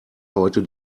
heute